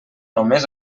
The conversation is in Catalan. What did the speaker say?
només